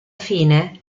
fine